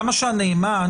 למה שהנאמן,